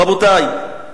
רבותי,